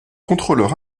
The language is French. contrôleur